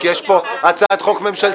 כי יש פה הצעת חוק ממשלתית.